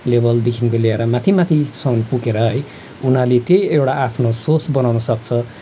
लेभलदेखिको लिएर माथि माथिसम्म पुगेर है उनीहरूले त्यही आफ्नो एउटा सोच बनाउन सक्छ